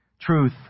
Truth